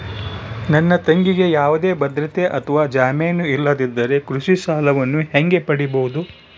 ನನ್ನ ತಂಗಿಗೆ ಯಾವುದೇ ಭದ್ರತೆ ಅಥವಾ ಜಾಮೇನು ಇಲ್ಲದಿದ್ದರೆ ಕೃಷಿ ಸಾಲವನ್ನು ಹೆಂಗ ಪಡಿಬಹುದು?